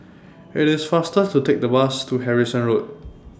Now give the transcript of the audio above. IT IS faster to Take The Bus to Harrison Road